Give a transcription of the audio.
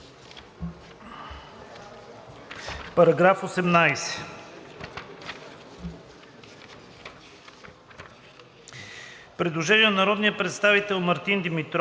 Параграф 18. Предложение на народния представител Мартин Димитров,